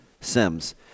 Sims